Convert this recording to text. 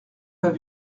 pas